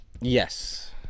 Yes